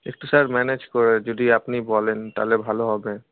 একটু sir manage করে যদি আপনি বলেন তাহলে ভালো হবে